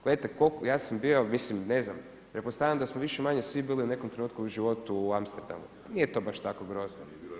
Gledajte, koliko, ja sam bio, mislim ne znam, pretpostavljam da smo više-manje svi bili u netko trenutku u životu u Amsterdamu, nije to baš tako grozno.